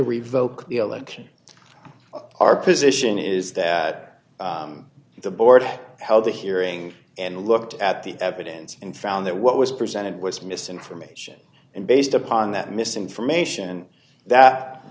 revoke the election our position is that the board held a hearing and looked at the evidence and found that what was presented was misinformation and based upon that misinformation that